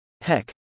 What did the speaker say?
Heck